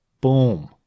boom